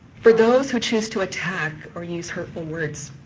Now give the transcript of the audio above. for those who choose to attack or use hurtful words,